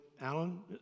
Alan